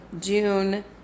June